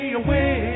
away